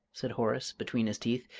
said horace, between his teeth,